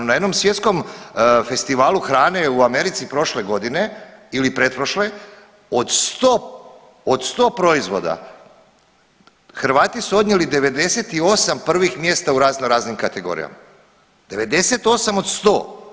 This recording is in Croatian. Na jednom svjetskom festivalu hrane u Americi prošle godine ili pretprošle od 100 proizvoda Hrvati su odnijeli 98 prvih mjesta u razno raznim kategorijama, 98 od 100.